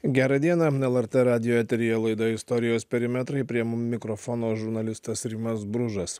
gerą dieną lrt radijo eteryje laidoje istorijos perimetrai prie mikrofono žurnalistas rimas bružas